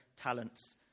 talents